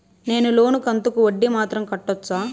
నేను లోను కంతుకు వడ్డీ మాత్రం కట్టొచ్చా?